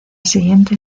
siguiente